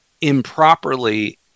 improperly